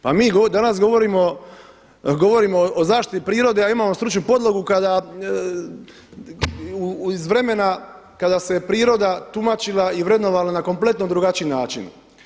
Pa mi danas govorimo o zaštiti prirode a imamo stručnu podlogu kada iz vremena kada se priroda tumačila i vrednovala na kompletno drugačiji način.